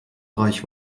reich